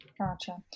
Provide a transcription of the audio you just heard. Gotcha